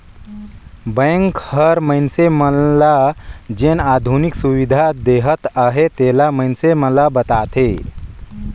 bank हर मइनसे मन ल जेन आधुनिक सुबिधा देहत अहे तेला मइनसे मन ल बताथे